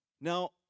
Now